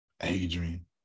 Adrian